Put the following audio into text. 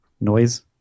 noise